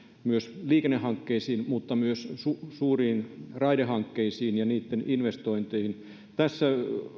myös liikennehankkeisiin mutta myös suuriin raidehankkeisiin ja niiden investointeihin tässä